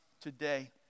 today